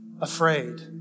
afraid